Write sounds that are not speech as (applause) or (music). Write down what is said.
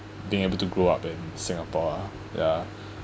being able to grow up in singapore ah ya (breath)